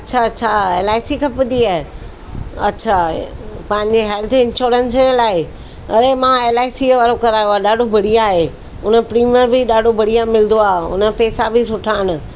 अच्छा अच्छा एलआईसी खपंदी आहे अच्छा पंहिंजे हेल्थ इंश्योरेंस जे लाइ अरे मां एलआईसीअ वारो करायो आहे ॾाढो बढ़िया आहे उन में प्रीमियर बि ॾाढो बढ़िया मिलंदो आहे उन पैसा बि सुठा आहिनि